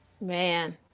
man